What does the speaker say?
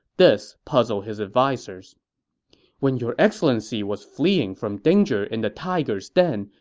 this puzzled his advisers when your excellency was fleeing from danger in the tiger's den,